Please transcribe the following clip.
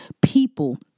people